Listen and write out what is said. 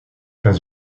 pas